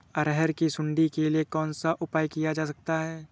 अरहर की सुंडी के लिए कौन सा उपाय किया जा सकता है?